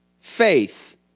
faith